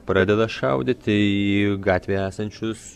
pradeda šaudyti į gatvėje esančius